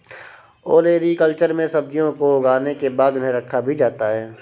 olericulture में सब्जियों को उगाने के बाद उन्हें रखा भी जाता है